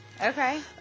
Okay